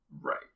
right